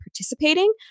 participating